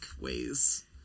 ways